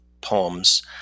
poems